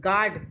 God